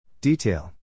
Detail